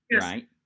right